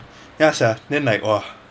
ya sia then like !wah!